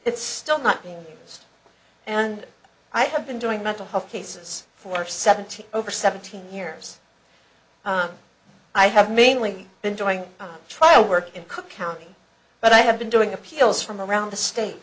it's still not being and i have been doing mental health cases for seventeen over seventeen years i have mainly been doing trial work in cook county but i have been doing appeals from around the state